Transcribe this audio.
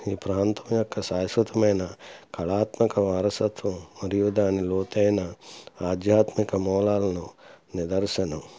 ఈ ప్రాంతం యొక్క శాశ్వతమైన కళాత్మక వారసత్వం మరియు దాని లోతైన ఆధ్యాత్మిక మూలాలను నిదర్శణం